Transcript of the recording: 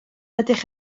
ydych